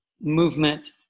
movement